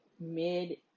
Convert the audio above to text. mid